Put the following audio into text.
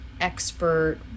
expert